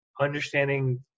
understanding